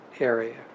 area